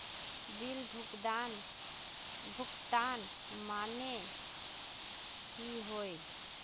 Bill भुगतान माने की होय?